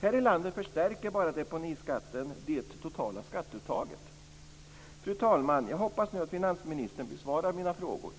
Här i landet förstärker deponiskatten det totala skatteuttaget. Fru talman! Jag hoppas att finansministern nu besvarar mina frågor.